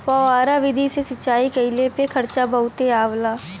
फौआरा विधि से सिंचाई कइले पे खर्चा बहुते आवला